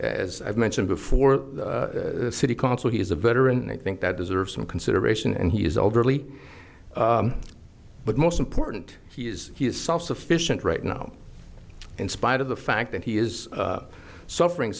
i've mentioned before the city council he is a veteran and i think that deserves some consideration and he is overly but most important he is he is self sufficient right now in spite of the fact that he is suffering